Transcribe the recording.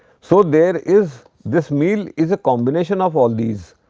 so, there is. this meal is a combination of all these.